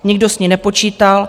Nikdo s ní nepočítal.